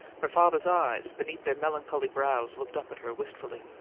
her father's eyes, beneath their melancholy brows, looked up at her wistfully.